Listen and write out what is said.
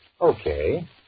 Okay